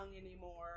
anymore